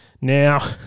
Now